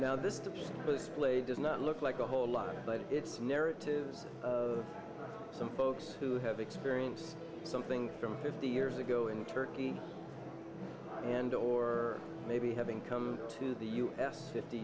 blissfully does not look like a whole lot but it's narratives some folks who have experienced something from fifty years ago in turkey and or maybe having come to the u s fifty